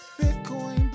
Bitcoin